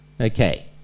Okay